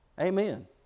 Amen